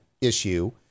issue